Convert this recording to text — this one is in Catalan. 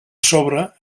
sobre